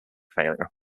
failure